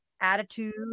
attitude